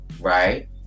Right